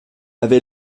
avait